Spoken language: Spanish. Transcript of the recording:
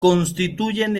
constituyen